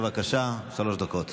בבקשה, שלוש דקות.